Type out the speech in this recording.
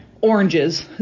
oranges